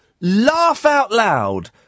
laugh-out-loud